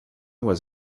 was